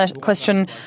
question